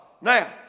Now